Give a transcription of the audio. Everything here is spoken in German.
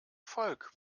volk